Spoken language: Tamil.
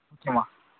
ஓகேம்மா